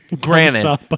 Granted